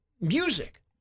music